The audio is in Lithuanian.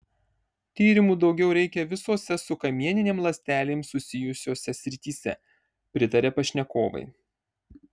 tyrimų daugiau reikia visose su kamieninėm ląstelėm susijusiose srityse pritaria pašnekovai